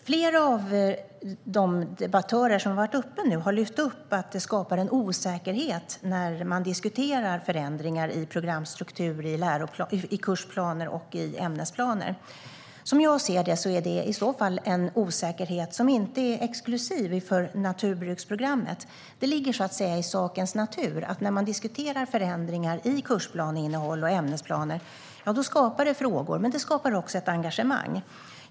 Flera av de debattörer som har varit uppe nu har lyft fram att det skapar en osäkerhet när man diskuterar förändringar i programstrukturer, kursplaner och ämnesplaner. Som jag ser det är det i så fall en osäkerhet som inte är exklusiv för naturbruksprogrammet. Det ligger så att säga i sakens natur att det skapar frågor när man diskuterar förändringar i innehållet i kursplaner och ämnesplaner. Men det skapar också ett engagemang.